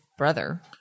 brother